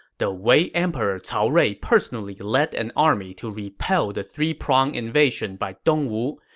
the wei emperor cao rui personally led an army to repel the three-prong invasion by dongwu.